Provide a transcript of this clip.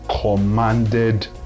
commanded